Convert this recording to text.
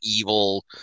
evil